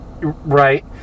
right